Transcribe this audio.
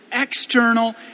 external